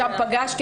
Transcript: שם פגשתי